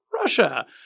Russia